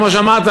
כמו שאמרת,